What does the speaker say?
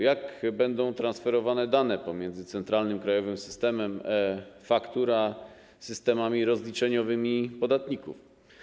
Jak będą transferowane dane pomiędzy centralnym, krajowym systemem faktur a systemami rozliczeniowymi podatników?